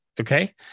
okay